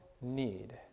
need